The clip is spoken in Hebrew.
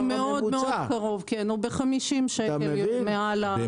כן, הוא קרוב מאוד, ב-50 שקל מעל.